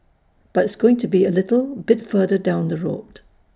but it's going to be A little bit further down the road